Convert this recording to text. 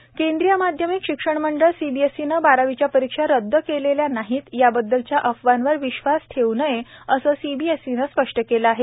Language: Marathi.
सीबीएसई केंद्रीय माध्यमिक शिक्षण मंडळ सीबीएसईनं बारावीच्या परीक्षा रद्द केलेल्या नाहीत या बद्दलच्या अफवांवर विश्वास ठेवू नये असं सीबीएसईनं स्पष्ट केलं आहे